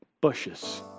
bushes